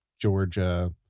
Georgia